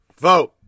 vote